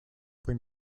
poi